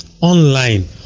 online